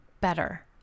better